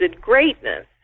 greatness